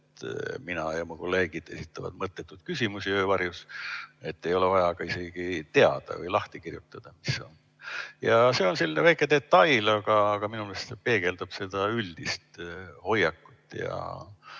et mina ja mu kolleegid esitavad mõttetuid küsimusi öö varjus, et ei ole vaja isegi teada või lahti kirjutada, mis on. See on selline väike detail, aga minu arust see peegeldab üldist hoiakut.